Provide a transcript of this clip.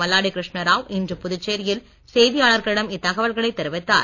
மல்லாடி கிருஷ்ணராவ் இன்று புதுச்சேரியில் செய்தியாளர்களிடம் இத்தகவல்களை தெரிவித்தார்